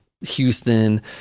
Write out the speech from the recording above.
Houston